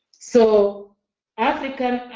so africa